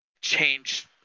change